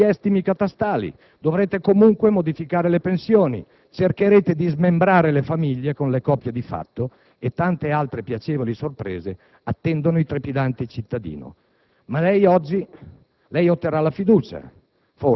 Presto darete loro un altro aiuto aumentando gli estimi catastali; dovrete comunque modificare le pensioni, cercherete di smembrare le famiglie con le coppie di fatto; e tante altre piacevoli sorprese attendono i trepidanti cittadini.